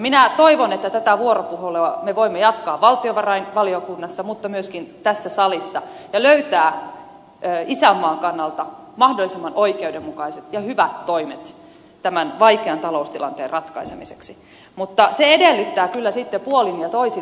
minä toivon että tätä vuoropuhelua me voimme jatkaa valtiovarainvaliokunnassa mutta myöskin tässä salissa ja löytää isänmaan kannalta mahdollisimman oikeudenmukaiset ja hyvät toimet tämän vaikean taloustilanteen ratkaisemiseksi mutta se edellyttää kyllä sitten puolin ja toisin myöskin rehellisyyttä